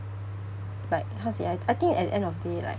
like how to say ah like I think at the end of the day like